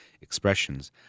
expressions